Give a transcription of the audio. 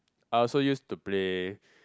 I also used to play